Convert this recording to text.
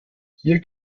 hier